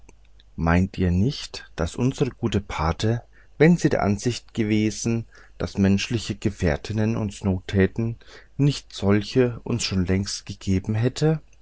meint ihr nicht daß unsre gute pate wenn sie der ansicht gewesen daß menschliche gefährtinnen uns nottäten nicht solche uns schon längst gegeben hätte